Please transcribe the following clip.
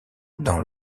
dans